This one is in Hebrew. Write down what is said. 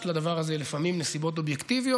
יש לדבר הזה לפעמים סיבות אובייקטיביות,